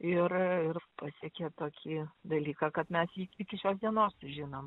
ir ir pasiekė tokį dalyką kad mes jį iki šios dienos žinom